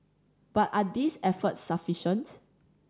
but are these efforts sufficient